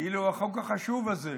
כאילו החוק החשוב הזה,